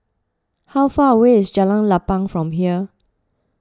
how far away is Jalan Lapang from here